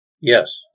Yes